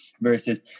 Versus